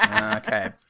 Okay